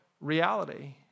reality